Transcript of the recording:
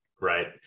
right